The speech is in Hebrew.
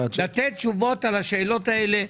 לתת תשובות על השאלות האלה.